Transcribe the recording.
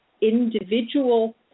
individual